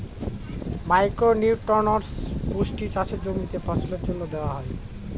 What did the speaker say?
micro nutrients পুষ্টি চাষের জমিতে ফসলের জন্য দেওয়া হয়